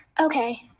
Okay